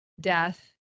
death